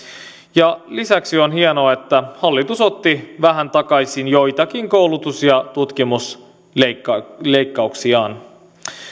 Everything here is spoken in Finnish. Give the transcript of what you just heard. ja lisäksi on hienoa että hallitus otti vähän takaisin joitakin koulutus ja tutkimusleikkauksiaan